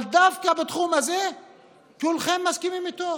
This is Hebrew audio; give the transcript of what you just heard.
אבל דווקא בתחום הזה כולכם מסכימים איתו.